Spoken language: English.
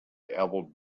elbowed